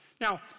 now